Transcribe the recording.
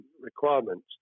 requirements